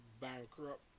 bankrupt